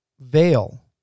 veil